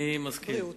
אני מסכים.